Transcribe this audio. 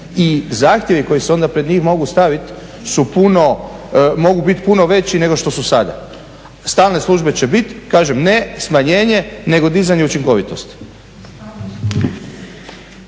I zahtjevi koji se onda pred njih mogu staviti su puno, mogu biti puno veći nego što su sada. Stalne službe će biti. Kažem ne smanjenje, nego dizanje učinkovitosti.